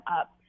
up